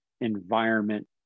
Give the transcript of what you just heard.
environment